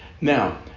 Now